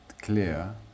clear